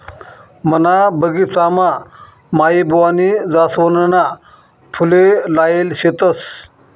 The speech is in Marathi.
मना बगिचामा माईबुवानी जासवनना फुले लायेल शेतस